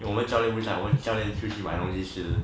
因为我们教练不在教练出去买东西吃